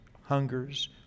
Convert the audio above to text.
hungers